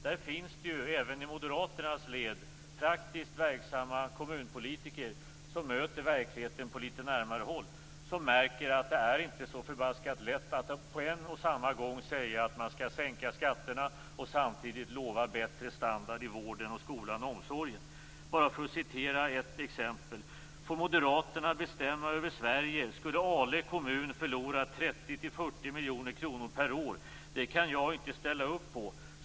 Där finns det ju, även i Moderaternas led, praktiskt verksamma kommunpolitiker som möter verkligheten på litet närmare håll. De märker att det inte är så förbaskat lätt att på en och samma gång säga att man skall sänka skatterna och samtidigt lova bättre standard i vården, skolan och omsorgen. Jag kan bara citera ett exempel: Får Moderaterna bestämma över Sverige skulle Ale kommun förlora 30-40 miljoner kronor per år. Det kan jag inte ställa upp på.